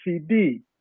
CD